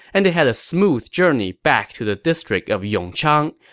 and they had a smooth journey back to the district of yongchang,